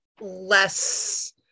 less